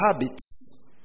habits